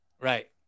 Right